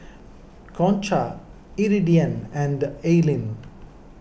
Concha Iridian and Aylin